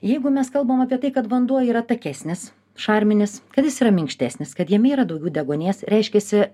jeigu mes kalbam apie tai kad vanduo yra takesnis šarminis kad jis yra minkštesnis kad jame yra daugiau deguonies reiškiasi